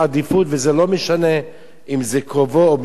וזה לא משנה אם זה קרובו או בני משפחתו,